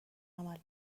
عمل